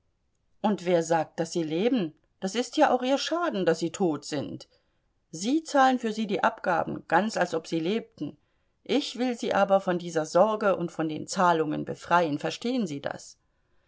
und wer sagt daß sie leben das ist ja auch ihr schaden daß sie tot sind sie zahlen für sie die abgaben ganz als ob sie lebten ich will sie aber von dieser sorge und von den zahlungen befreien verstehen sie das